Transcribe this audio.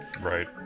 right